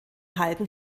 halben